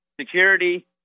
security